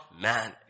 man